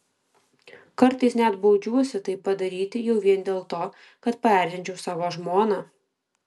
kartais net baudžiuosi tai padaryti jau vien dėl to kad paerzinčiau savo žmoną